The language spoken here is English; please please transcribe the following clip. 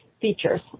features